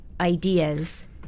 ideas